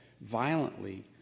violently